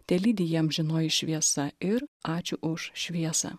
telydi jį amžinoji šviesa ir ačiū už šviesą